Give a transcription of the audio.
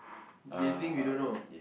they think we don't know